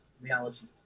reality